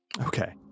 Okay